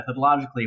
methodologically